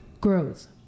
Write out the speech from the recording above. grows